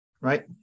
Right